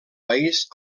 país